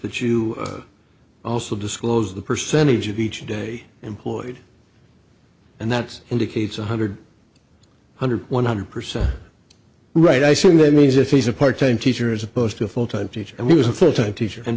that you also disclose the percentage of each day employed and that's indicates one hundred hundred one hundred percent right i said that means if he's a part time teacher as opposed to a full time teacher and he was a full time teacher and